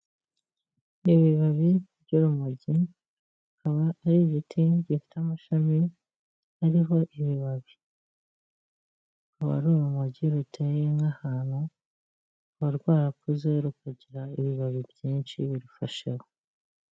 Ibibabi by'urumogi bikaba ari ibiti bifite amashami ariho ibibabi, akaba ari urumogi ruteye nk'ahantu ruba rwarakuze rukagira ibibabi byinshi birufasheho.